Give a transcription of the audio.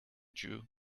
jew